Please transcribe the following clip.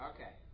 Okay